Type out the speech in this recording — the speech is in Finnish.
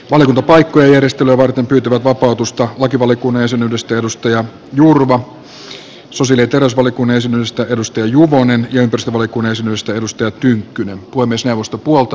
valiokuntapaikkojen järjestelyä varten pyytävät vapautusta lakivaliokunnan jäsenyydestä johanna jurva sosiaali ja terveysvaliokunnan jäsenyydestä arja juvonen ja ympäristövaliokunnan jäsenyydestä oras tynkkynen